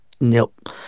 Nope